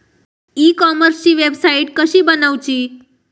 E कॉमर्सची वेबसाईट कशी बनवची?